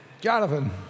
Jonathan